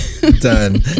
Done